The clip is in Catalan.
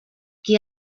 qui